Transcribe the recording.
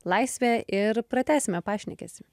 laisvė ir pratęsime pašnekesį